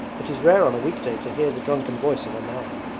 it is rare on a week-day to hear the drunken voice of a man.